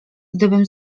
gdybym